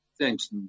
Thanks